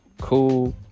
cool